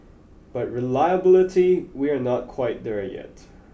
but reliability we are not quite there yet